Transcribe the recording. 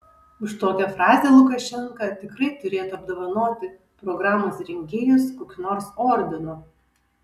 už tokią frazę lukašenka tikrai turėtų apdovanoti programos rengėjus kokiu nors ordinu